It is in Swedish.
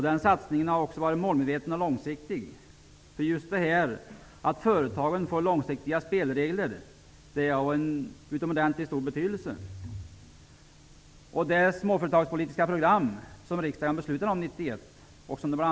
Den satsningen har varit målmedveten och långsiktig. Just detta att företagen får långsiktiga spelregler är av utomordentligt stor betydelse. Man har följt det småföretagspolitiska program som riksdagen beslutade om 1991.